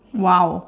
!wow!